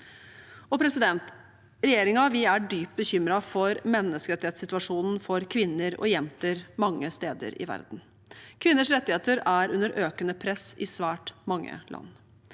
internasjonalt. Regjeringen er dypt bekymret for menneskerettighetssituasjonen for kvinner og jenter mange steder i verden. Kvinners rettigheter er under økende press i svært mange land.